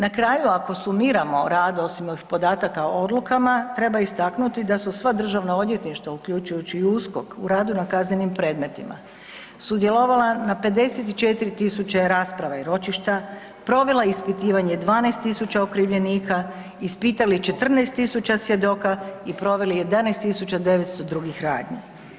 Na kraju ako sumiramo rad ... podataka o odlukama, treba istaknuti da su sva Državna odvjetništva uključujući u USKOK u radu na kaznenim predmetima sudjelovala na 54 000 rasprava i ročišta, provela ispitivanje 12 000 okrivljenika, ispitali 14 000 svjedoka i proveli 11 902 radnji.